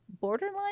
borderline